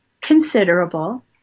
considerable